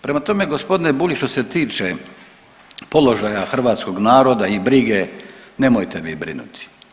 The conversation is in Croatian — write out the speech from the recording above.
Prema tome gospodine Bulj što se tiče položaja hrvatskog naroda i brige, nemojte vi brinuti.